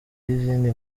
y’izindi